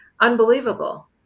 unbelievable